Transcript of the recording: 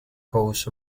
coast